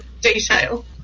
detail